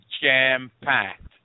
jam-packed